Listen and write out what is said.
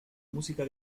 música